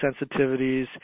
sensitivities